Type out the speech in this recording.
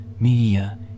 media